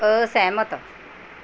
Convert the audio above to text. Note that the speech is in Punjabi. ਅਸਹਿਮਤ